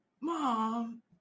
mom